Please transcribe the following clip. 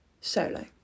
solo